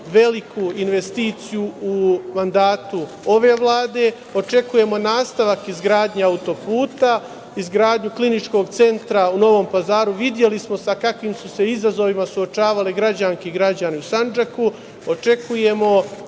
veliku investiciju u mandatu ove Vlade. Očekujemo nastavak izgradnje autoputa, izgradnju kliničkog centra u Novom Pazaru. Videli smo sa kakvim su se izazovima suočavale građanke i građani u Sandžaku. Očekujemo